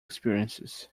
experiences